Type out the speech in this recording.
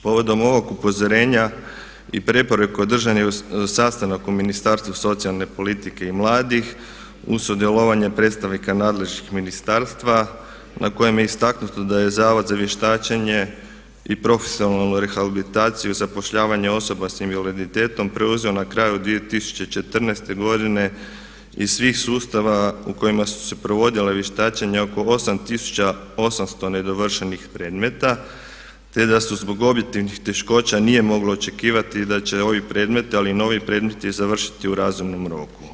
Povodom ovog upozorenja i preporuke održan je sastanak u Ministarstvu socijalne politike i mladih uz sudjelovanje predstavnika nadležnih ministarstva na kojim je istaknuto da je Zavod za vještačenje i profesionalnu rehabilitaciju i zapošljavanje osoba sa invaliditetom preuzeo na kraju 2014. godine iz svih sustava u kojima su se provodila vještačenja oko 8800 nedovršenih predmeta, te da se zbog objektivnih teškoća nije moglo očekivati da će ovi predmeti, ali i novi predmeti završiti u razumnom roku.